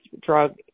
drug